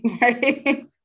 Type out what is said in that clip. Right